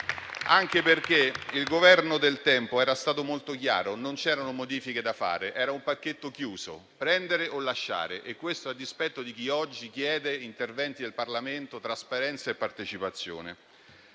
anche perché il Governo del tempo era stato molto chiaro. Non c'erano modifiche da fare, era un pacchetto chiuso: prendere o lasciare. Questo a dispetto di chi oggi chiede interventi del Parlamento, trasparenza e partecipazione.